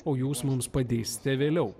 o jūs mums padėsite vėliau